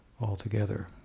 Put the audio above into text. altogether